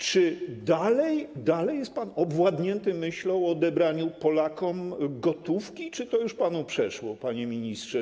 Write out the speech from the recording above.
Czy dalej jest pan owładnięty myślą o odebraniu Polakom gotówki, czy to już panu przeszło, panie ministrze?